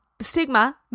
Stigma